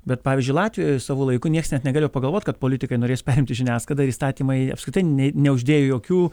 bet pavyzdžiui latvijoj savu laiku nieks net negalėjo pagalvot kad politikai norės perimti žiniasklaidą ir įstatymai apskritai nė neuždėjo jokių